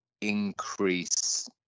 increase